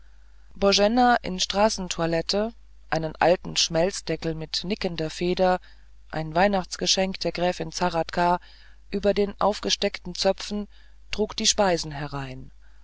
in straßentoilette einen alten schmelzdeckel mit nickender feder ein weihnachtsgeschenk der gräfin zahradka über den aufgesteckten zöpfen trug die speisen herein